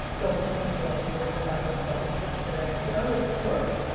going through emails, worrying about a fucking pitch today. and you know like it's work.